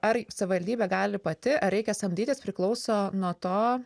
ar savivaldybė gali pati ar reikia samdytis priklauso nuo to